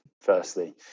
firstly